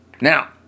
Now